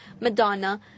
Madonna